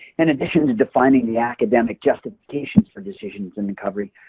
in addition to defining the academic justification for decisions in recovery,